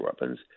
weapons